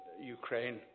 Ukraine